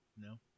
No